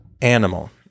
animal